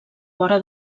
vora